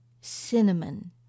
cinnamon